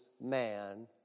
man